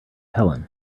helen